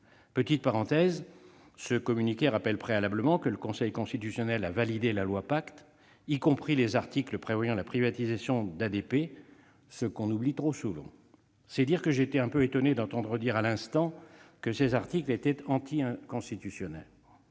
Petite parenthèse : ce communiqué rappelle préalablement que le Conseil constitutionnel a validé la loi Pacte, y compris les articles prévoyant la privatisation d'ADP, ce que l'on oublie trop souvent. J'ai donc été étonné d'entendre dire à l'instant que ces articles étaient anticonstitutionnels.